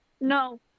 No